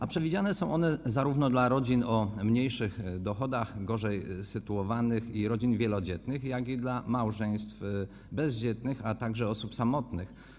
A przewidziane są one zarówno dla rodzin, tych o mniejszych dochodach, gorzej sytuowanych i tych wielodzietnych, jak i dla małżeństw bezdzietnych, a także osób samotnych.